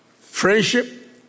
friendship